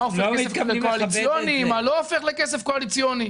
מה הופך לכסף קואליציוני,